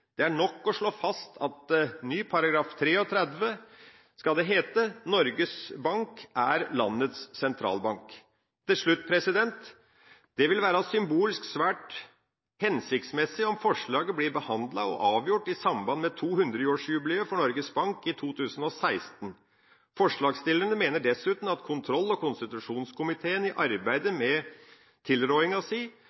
Det er nok å slå fast at i en ny § 33 skal det hete: «Norges Bank er landets sentralbank». Til slutt: Det vil symbolsk være svært hensiktsmessig om forslaget blir behandlet og avgjort i samband med 200-årsjubileet for Norges Bank i 2016. Forslagsstillerne mener dessuten at kontroll- og konstitusjonskomiteen i arbeidet